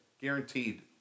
guaranteed